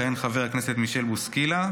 יכהן חבר הכנסת מישל בוסקילה,